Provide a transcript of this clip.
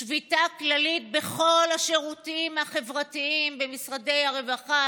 שביתה כללית בכל השירותים החברתיים במשרדי הרווחה,